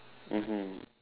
mmhmm